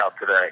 today